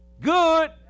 good